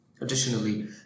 Additionally